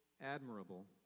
admirable